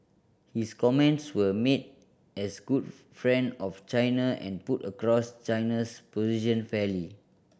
his comments were made as good friend of China and put across China's position fairly